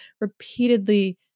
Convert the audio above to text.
repeatedly